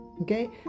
okay